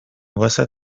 واست